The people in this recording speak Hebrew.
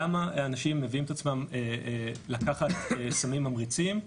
למה אנשים מביאים את עצמם לקחת סמים ממריצים,